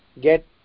get